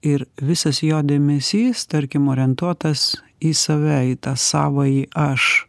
ir visas jo dėmesys tarkim orientuotas į save į tą savąjį aš